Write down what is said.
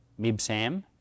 Mibsam